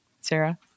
Sarah